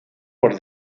por